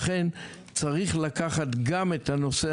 לכן צריך לקחת גם את הנושא